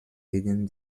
gegen